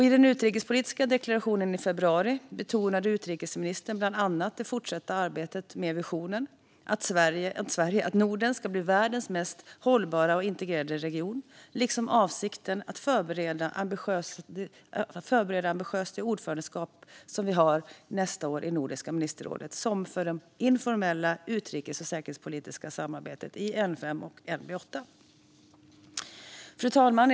I den utrikespolitiska deklarationen i februari betonade utrikesministern bland annat det fortsatta arbetet med visionen att Norden ska bli världens mest hållbara och integrerade region, liksom avsikten att ambitiöst förbereda såväl det ordförandeskap som vi har nästa år i Nordiska ministerrådet som det informella utrikes och säkerhetspolitiska samarbetet i N5 och NB8. Fru talman!